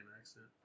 accent